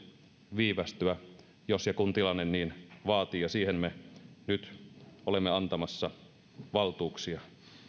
viivästyä jos ja kun tilanne niin vaatii ja siihen me nyt olemme antamassa valtuuksia